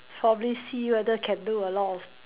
probably see whether can do a lot of